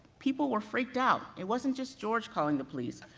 people were freaked out, it wasn't just george calling the police,